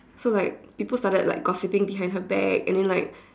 so like people started like gossiping behind her back and then like